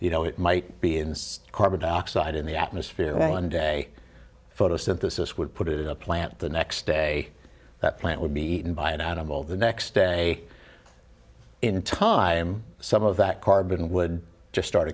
you know it might be in carbon dioxide in the atmosphere one day photosynthesis would put it in a plant the next day that plant would be eaten by an animal the next day in time some of that carbon would just start